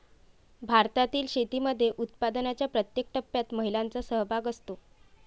भारतातील शेतीमध्ये उत्पादनाच्या प्रत्येक टप्प्यात महिलांचा सहभाग असतो